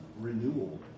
renewal